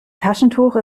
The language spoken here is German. taschentuch